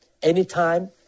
Anytime